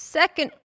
second